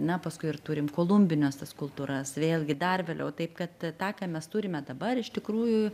na paskui ir turim kolumbines tas kultūras vėlgi dar vėliau taip kad tą ką mes turime dabar iš tikrųjų